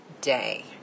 day